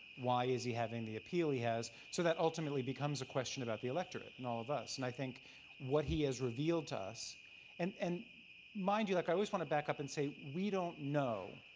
why is he having the appeal he has, so that ultimately becomes a question about the electorate and all of us. and i think what he has revealed to us and and mind you, like i always want to back up and say, we don't know.